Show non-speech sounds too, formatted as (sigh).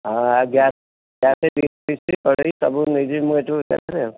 ହଁ ଆଜ୍ଞା ତା'ର ସେ (unintelligible) କଡ଼େଇ ସବୁ ମୁଁ ନେଇଯିବି ଏକାଥିରେ ଆଉ